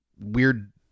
weird